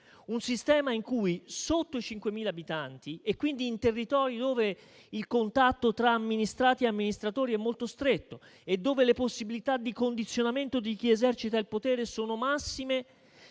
nei Comuni sotto i 5.000 abitanti, e quindi in territori dove il contatto tra amministrati e amministratori è molto stretto e dove le possibilità di condizionamento di chi esercita il potere sono massime,